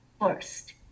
first